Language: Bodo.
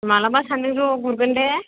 माब्लाबा सानैजों ज' गुरगोन दे